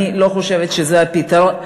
אני לא חושבת שזה הפתרון.